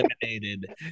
Eliminated